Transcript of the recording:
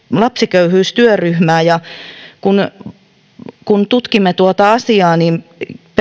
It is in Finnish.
lapsiköyhyystyöryhmää ja kun kun tutkimme tuota asiaa niin